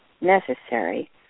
necessary